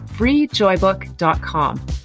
freejoybook.com